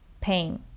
pain